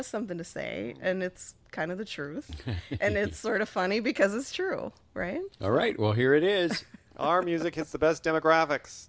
has something to say and it's kind of the truth and it's sort of funny because it's true right all right well here it is our music it's the best demographics